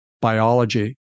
biology